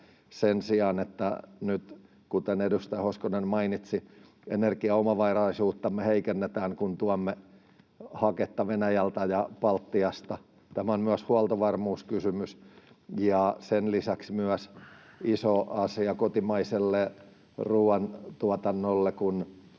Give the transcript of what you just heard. sen sijaan, että nyt, kuten edustaja Hoskonen mainitsi, energiaomavaraisuutta heikennetään, kun tuomme haketta Venäjältä ja Baltiasta? Tämä on myös huoltovarmuuskysymys ja sen lisäksi iso asia myös kotimaiselle ruoantuotannolle,